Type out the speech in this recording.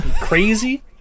crazy